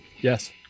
Yes